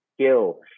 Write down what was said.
skill